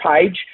page